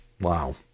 wow